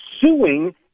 suing